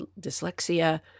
dyslexia